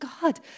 God